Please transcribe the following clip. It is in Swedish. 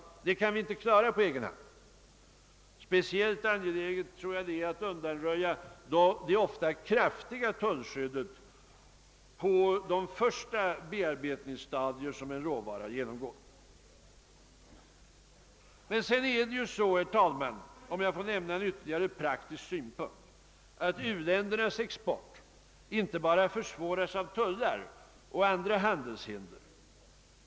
Det kan vi inte klara på egen hand. Speciellt angeläget synes det mig vara att undanröja det ofta kraftiga tullskyddet på de första bearbetningsstadier en råvara genomgår. En ytterligare praktisk synpunkt, herr talman, är att u-ländernas export försvåras inte bara av tullar och andra handelshinder.